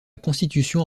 constitution